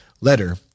Letter